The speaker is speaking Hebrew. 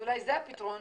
אולי זה הפתרון.